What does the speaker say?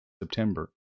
September